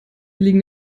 liegen